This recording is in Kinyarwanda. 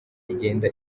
igenda